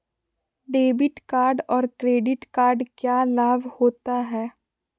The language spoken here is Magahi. डेबिट कार्ड और क्रेडिट कार्ड क्या लाभ होता है?